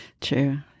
True